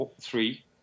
Three